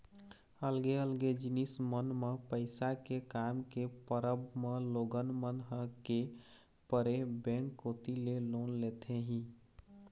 अलगे अलगे जिनिस मन म पइसा के काम के परब म लोगन मन ह के परे बेंक कोती ले लोन लेथे ही